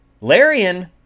Larian